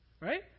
Right